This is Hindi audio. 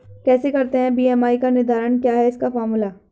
कैसे करते हैं बी.एम.आई का निर्धारण क्या है इसका फॉर्मूला?